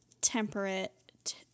temperate